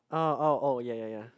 uh oh oh ya ya ya